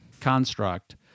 construct